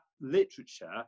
literature